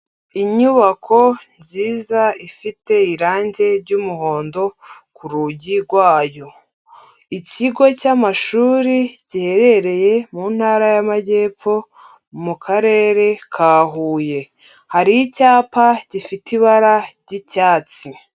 Inyubako nziza ifite irange ry'umuhondo ku rugi rwayo, ikigo cy'amashuri giherereye mu ntara y'Amajyepfo, mu karere ka Huye, hari icyapa gifite ibara ry'icyatsi.